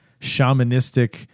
shamanistic